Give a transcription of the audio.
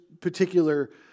particular